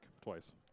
twice